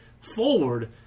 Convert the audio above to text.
forward